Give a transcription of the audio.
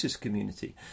Community